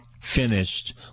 finished